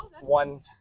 one